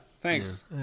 thanks